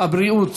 הבריאות